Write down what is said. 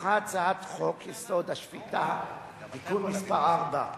הונחה הצעת חוק-יסוד: השפיטה (תיקון מס' 4)